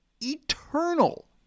eternal